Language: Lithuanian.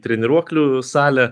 treniruoklių salę